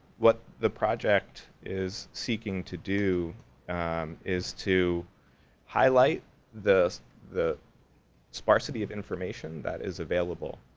what the project is seeking to do is to highlight the the sparsity of information that is available,